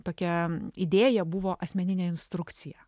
tokia idėja buvo asmeninė instrukcija